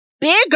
bigger